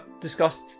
discussed